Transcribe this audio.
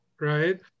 right